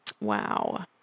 wow